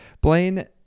Blaine